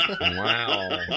Wow